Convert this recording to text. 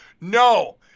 No